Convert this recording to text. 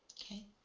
Okay